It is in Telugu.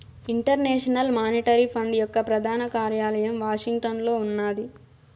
ఇంటర్నేషనల్ మానిటరీ ఫండ్ యొక్క ప్రధాన కార్యాలయం వాషింగ్టన్లో ఉన్నాది